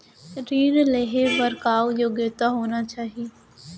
ऋण लेहे बर का योग्यता होना चाही?